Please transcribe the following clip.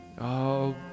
Oh